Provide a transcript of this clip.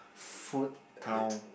food town